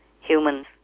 humans